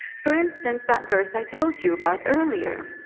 for instance that verse i told you about earlier